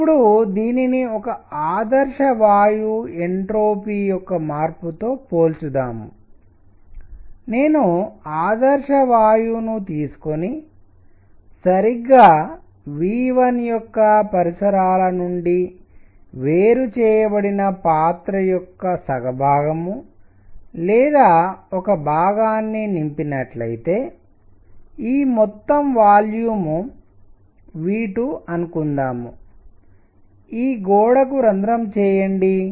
ఇప్పుడు దీనిని ఒక ఆదర్శ వాయువు ఎంట్రోపీ యొక్క మార్పు తో పోల్చుదాం నేను ఆదర్శ వాయువును తీసుకుని సరిగ్గా V1 యొక్క పరిసరాల నుండి వేరుచేయబడిన పాత్ర యొక్క సగభాగం లేదా 1 భాగాన్ని నింపినట్లైతే ఈ మొత్తం వాల్యూమ్ V2 అనుకుందాం ఈ గోడకు రంధ్రం చేయండి